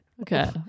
Okay